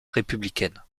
républicaine